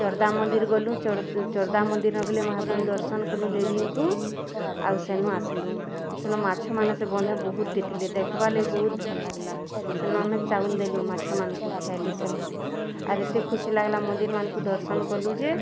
ଚର୍ଦା ମନ୍ଦିର୍ ଗଲୁ ଚର୍ଦା ମନ୍ଦିର୍ ନ ଗଲେ ମହାପୁରୁ ଦର୍ଶନ କଲୁ ଦେବୀଙ୍କୁ ଆଉ ସେନୁ ଆସିଲୁ ସେନ ମାଛମାନେ ବହୁତ ଥିଲେ ଦେଖ୍ବା ଲାଗି ବହୁତ ଭଲ ଲାଗିଲା ସେନ ଆମେ ଚାଉଲ୍ ଦେଲୁଁ ମାଛମାନଙ୍କୁ ଖାଇଲେ ସେମାନେ ଆରେ ଏତେ ଖୁସି ଲାଗିଲା ମନ୍ଦିର୍ମାନଙ୍କୁ ଦର୍ଶନ କଲୁ ଯେ